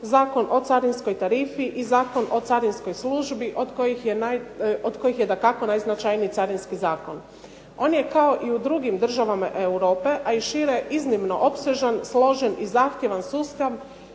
Zakon o carinskoj tarifi i Zakon o carinskoj službi od kojih je dakako najznačajniji Carinski zakon. On je kao i u drugim državama Europe, a i šire iznimno opsežan, složena i zahtjevan sustav,